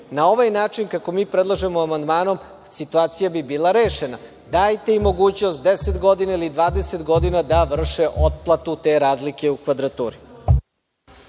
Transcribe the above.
ovaj način kako mi predlažemo amandmanom, situacija bi bila rešena. Dajte im mogućnost, 10 godina ili 20 godina da vrše otplatu te razlike u kvadraturi.